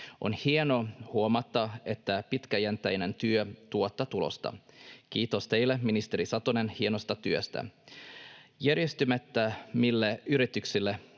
On hienoa huomata, että pitkäjänteinen työ tuottaa tulosta. Kiitos teille, ministeri Satonen, hienosta työstä. Järjestäytymättömille yrityksille